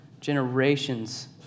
generations